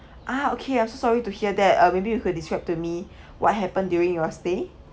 ah okay I'm sorry to hear that uh maybe you could describe to me what happened during your stay